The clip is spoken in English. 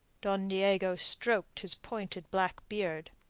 don diego stroked his pointed black beard.